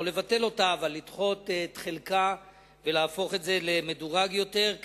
לא לבטל אותה אבל לדחות את חלקה ולהפוך אותה למדורגת יותר,